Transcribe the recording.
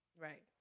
Right